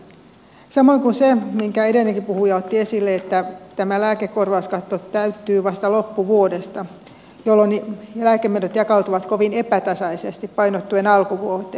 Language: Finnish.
samoin on se minkä edellinenkin puhuja otti esille että tämä lääkekorvauskatto täyttyy vasta loppuvuodesta jolloin ne lääkemenot jakautuvat kovin epätasaisesti painottuen alkuvuoteen